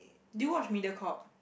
do you watch Mediacorp